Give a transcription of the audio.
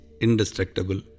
indestructible